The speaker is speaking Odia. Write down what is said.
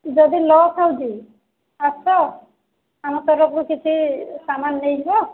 ଯଦି ଖାଉଛି ଆସ ଆମ ତରଫରୁ କିଛି ସାମାନ୍ ନେଇ ଯିବ